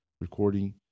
recording